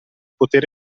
poter